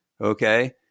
Okay